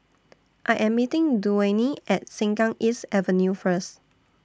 I Am meeting Duane At Sengkang East Avenue First